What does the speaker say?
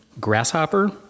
Grasshopper